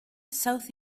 south